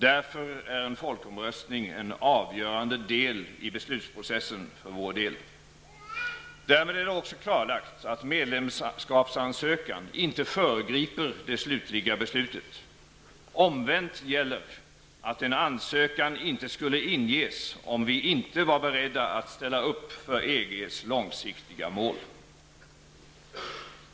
Därför är en folkomröstning en avgörande del av beslutsprocessen för vår del. Därmed är det också klarlagt att medlemskapsansökan inte föregriper det slutliga beslutet. Omvänt gäller att en ansökan inte skulle inges om vi inte var beredda att ställa upp för EGs långsiktiga mål.